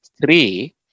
three